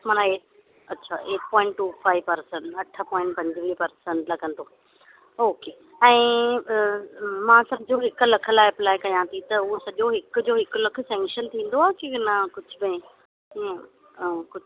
मना ए अच्छा eight point two five percent अठु पॉईंट पंजवीह परसेंट लॻंदो ओके ऐं मां सम्झो हिकु लख लाइ अप्लाए कयां थी त उहो सॼो हिक जो हिकु लखु शेंक्शन थींदो की न कुझु भई